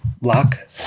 Lock